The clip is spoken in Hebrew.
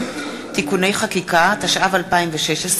(תיקוני חקיקה), התשע"ו 2016,